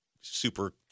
super